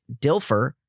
Dilfer